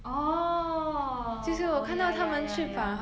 orh oh ya ya ya ya